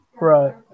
Right